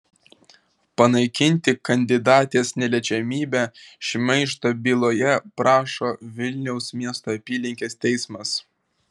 panaikinti kandidatės neliečiamybę šmeižto byloje prašo vilniaus miesto apylinkės teismas